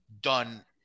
done